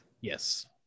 Yes